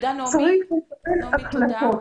צריך לקבל החלטות.